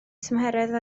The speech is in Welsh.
tymheredd